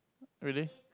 really